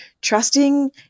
trusting